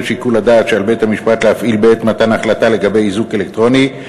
שיקול הדעת שעל בית-המשפט להפעיל בעת מתן החלטה לגבי איזוק אלקטרוני,